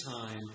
time